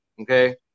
okay